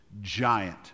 giant